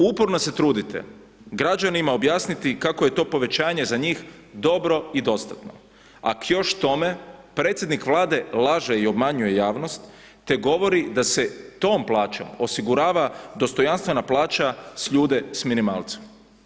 Uporno se trudite građanima objasniti kako je to povećanje za njih dobro i dostatno, a k još tome predsjednik Vlade laže i obmanjuje javnost te govori da se tom plaćom osigurava dostojanstvena plaća s ljude s minimalcem.